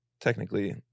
Technically